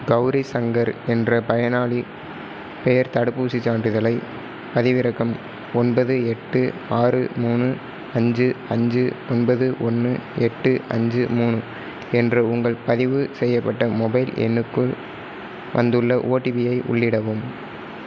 கௌரி சங்கர் என்ற பயனாளி பெயர் தடுப்பூசி சான்றிதழைப் பதிவிறக்க ஒன்பது எட்டு ஆறு மூணு அஞ்சு அஞ்சு ஒன்பது ஒன்று எட்டு அஞ்சு மூணு என்ற உங்கள் பதிவு செய்யப்பட்ட மொபைல் எண்ணுக்குள் வந்துள்ள ஓடிபியை உள்ளிடவும்